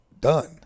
done